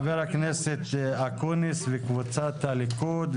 ברגע שמכניסים משקיפים, אני מכניס הסתייגות.